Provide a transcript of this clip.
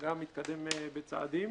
גם מתקדם בצעדים.